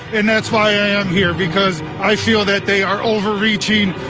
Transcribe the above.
and that's why i'm here, because i feel that they are overreaching,